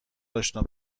اشنا